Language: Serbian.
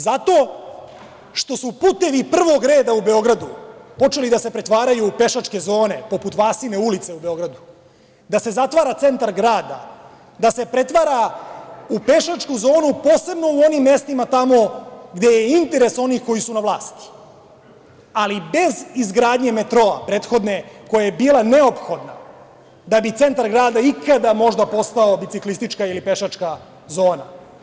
Zato što su putevi prvog reda u Beogradu počeli da se pretvaraju u pešačke zone, poput Vasine ulice u Beogradu, da se zatvara centar grada, da se pretvara u pešačku zonu, posebno u onim mestima tamo gde je interes onih koji su na vlasti, ali, bez izgradnje metroa, prethodne, koja je bila neophodna, da bi centar grada ikada možda postao biciklistička ili pešačka zona.